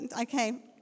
okay